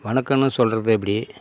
வணக்கம்னு சொல்கிறது எப்படி